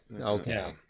Okay